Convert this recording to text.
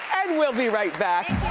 and we'll be right back.